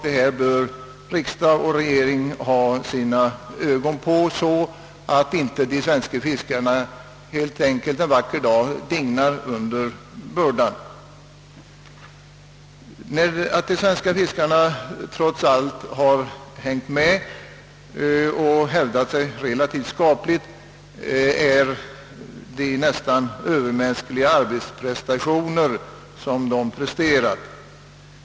att riksdag och regering bör ha sina blickar riktade på den, så att inte de svenska fiskarna en vacker dag dignar under bördan. Att de svenska fiskarna trots allt har hävdat sig relativt skapligt beror på deras nästan övermänskliga arbetspres tationer.